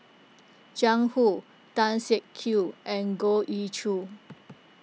Jiang Hu Tan Siak Kew and Goh Ee Choo